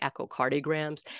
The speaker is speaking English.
echocardiograms